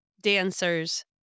dancers